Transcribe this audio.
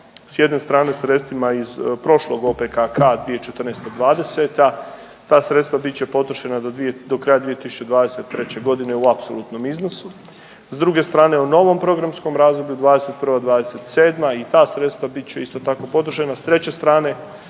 s jedne strane sredstvima iz prošlog OPKK 2014.-'20.. Ta sredstva bit će potrošena do kraja 2023.g. u apsolutnom iznosu. S druge strane u novom programskom razdoblju '21.-'27. i ta sredstva bit će isto tako podržana